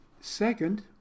second